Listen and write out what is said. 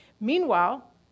Meanwhile